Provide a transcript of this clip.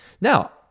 Now